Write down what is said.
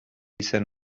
izen